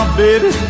baby